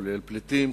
כולל פליטים,